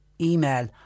email